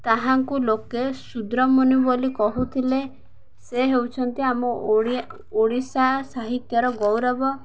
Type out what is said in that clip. ତାହାଙ୍କୁ ଲୋକେ ସୁଦ୍ର ମୁନି ବୋଲି କହୁଥିଲେ ସେ ହେଉଛନ୍ତି ଆମ ଓ ଓଡ଼ିଶା ସାହିତ୍ୟର ଗୌରବ